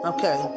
Okay